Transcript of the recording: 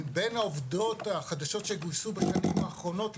מבין העובדות החדשות שגויסו בשנים האחרונות,